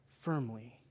firmly